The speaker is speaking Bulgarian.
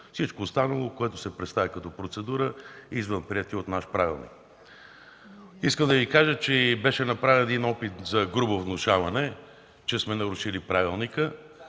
Всичко останало, което се представя като процедура е извън приетия от нас правилник. Искам да Ви кажа, че беше направен един опит за грубо внушаване, че сме нарушили правилника